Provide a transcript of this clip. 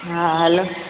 हा हलो